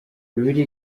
bibiliya